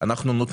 לתת